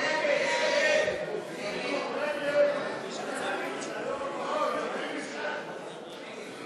ההסתייגות של קבוצת סיעת המחנה הציוני (נחמן